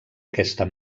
aquesta